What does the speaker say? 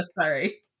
sorry